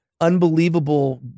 unbelievable